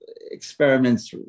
experiments